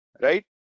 right